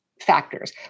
factors